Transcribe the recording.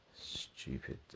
Stupid